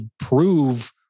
prove